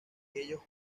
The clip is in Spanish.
ellos